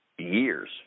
years